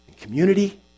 community